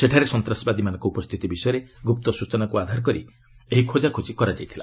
ସେଠାରେ ସନ୍ତାସବାଦୀମାନଙ୍କ ଉପସ୍ଥିତି ବିଷୟରେ ଗୁପ୍ତ ସୂଚନାକୁ ଆଧାର କରି ଏହି ଖୋଜାଖୋଜି କରାଯାଇଥିଲା